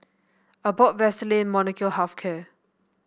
Abbott Vaselin Molnylcke Health Care